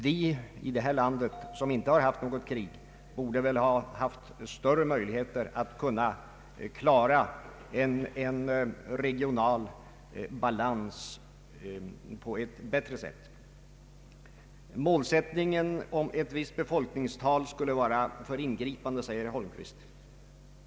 Vi i detta land som inte haft något krig borde väl haft större möjligheter att kunna klara en regional balans på ett bättre sätt. Målsättningen med ett visst befolkningstal skulle vara för ingripande, säger herr Holmqvist.